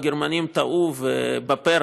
הגרמנים טעו בפרח,